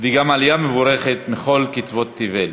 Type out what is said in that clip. וגם בעלייה מבורכת מכל קצות תבל,